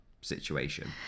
situation